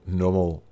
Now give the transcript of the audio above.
normal